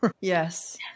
Yes